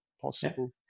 possible